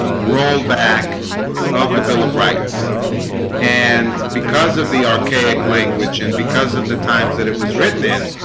rollback of the bill of rights and because of the archaic language and because of the times that it was written in